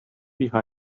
behind